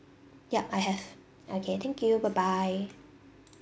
yup I have okay thank you bye bye